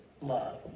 love